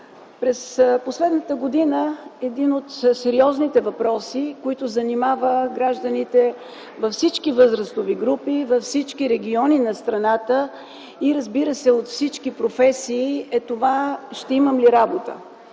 През последната година един от сериозните въпроси, който занимава гражданите във всички възрастови групи, във всички региони на страната и, разбира се, от всички професии, е това: „Ще имам ли работа?